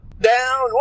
down